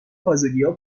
تازگیها